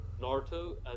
Naruto